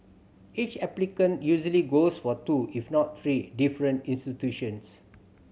each applicant usually goes for two if not three different institutions